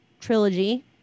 trilogy